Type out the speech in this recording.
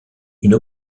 une